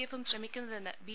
എഫും ശ്രമിക്കുന്നതെന്ന് ബി